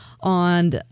on